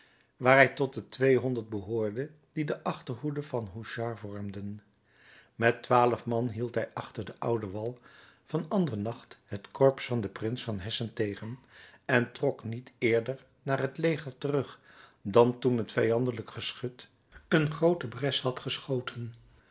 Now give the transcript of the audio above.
waar hij tot de tweehonderd behoorde die de achterhoede van houchard vormden met twaalf man hield hij achter den ouden wal van andernach het corps van den prins van hessen tegen en trok niet eerder naar het leger terug dan toen het vijandelijk geschut een groote bres had geschoten